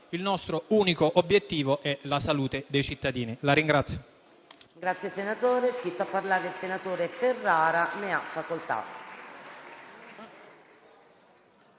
Il nostro unico obiettivo è la salute dei cittadini. *(Applausi